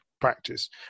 practice